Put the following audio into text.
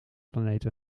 planeten